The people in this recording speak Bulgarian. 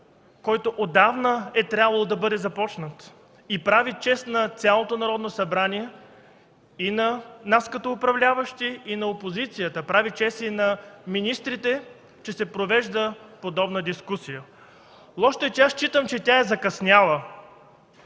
който отдавна е трябвало да бъде започнат. Прави чест на цялото Народно събрание – и на нас като управляващи, и на опозицията, прави чест и на министрите, че се провежда подобна дискусия. Лошото е, аз считам, че тя е закъсняла.